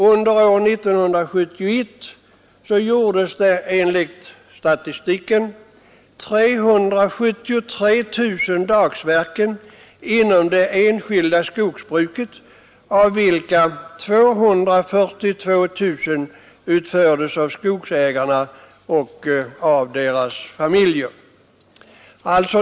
Under år 1971 gjordes det enligt —”?- M. statistiken 373 000 dagsverken inom det enskilda jordbruket, av vilka 242 000 utfördes av skogsägarna och deras familjer.